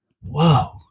Whoa